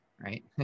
Right